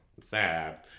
sad